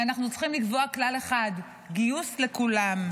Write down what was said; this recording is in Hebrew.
ואנחנו צריכים לקבוע כלל אחד: גיוס לכולם,